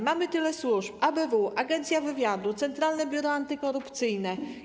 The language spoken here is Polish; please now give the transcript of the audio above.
Mamy tyle służb: ABW, Agencja Wywiadu, Centralne Biuro Antykorupcyjne.